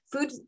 Food